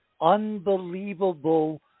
unbelievable